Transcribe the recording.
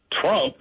Trump